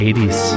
80s